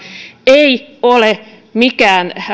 ei ole mikään